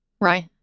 Right